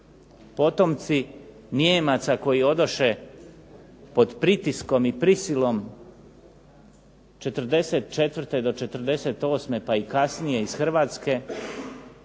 Potomci Nijemaca koji odoše pod pritiskom i prisilom '44. do '48. pa i kasnije iz Hrvatske